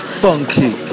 funky